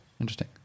interesting